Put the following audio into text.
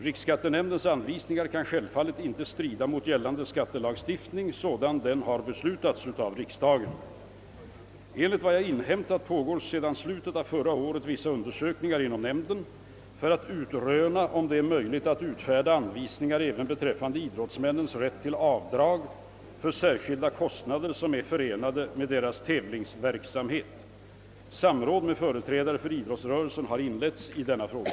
Riksskattenämndens anvisningar kan självfallet inte strida mot gällande skattelagstiftning sådan den beslutats av riksdagen. Enligt vad jag inhämtat pågår sedan slutet av förra året vissa undersökningar inom nämnden för att utröna om det är möjligt att utfärda anvisningar även beträffande idrottsmännens rätt till avdrag för särskilda kostnader som är förenade med deras tävlingsverksamhet. Samråd med företrädare för idrottsrörelsen har inletts i denna fråga.